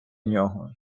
нього